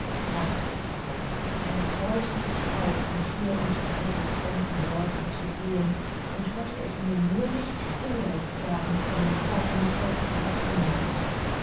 dacht ichs doch er freute sich auch mich hier unter all den fremden leuten zu sehen und hatte es mir nur nicht früher sagen können da er mich jetzt erst bemerkte